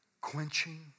Quenching